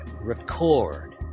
RECORD